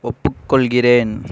ஒப்புக்கொள்கிறேன்